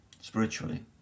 spiritually